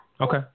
Okay